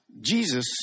Jesus